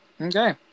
okay